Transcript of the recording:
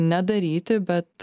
nedaryti bet